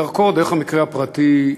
דרכו, דרך המקרה הפרטי,